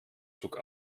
zug